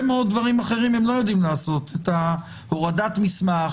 מאוד דברים אחרים הם לא יודעים לעשות כמו הורדת מסמך,